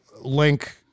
link